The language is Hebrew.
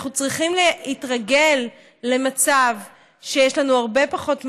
אנחנו צריכים להתרגל למצב שיש לנו הרבה פחות מים.